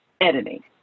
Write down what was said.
editing